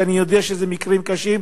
ואני יודע שאלה מקרים קשים,